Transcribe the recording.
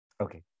Okay